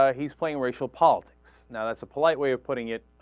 ah he's playing racial politics now it's a polite way of putting it